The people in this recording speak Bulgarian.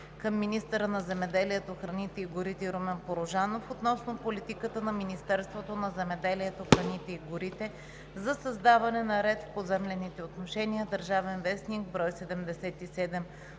към министъра на земеделието, храните и горите Румен Порожанов относно политиката на Министерството на земеделието, храните и горите за създаване на ред в поземлените отношения (ДВ, бр. 77